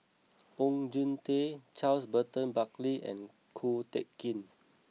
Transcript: Oon Jin Teik Charles Burton Buckley and Ko Teck Kin